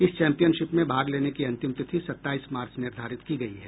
इस चैंपियनशिप में भाग लेने की अंतिम तिथि सत्ताईस मार्च निर्धारित की गयी है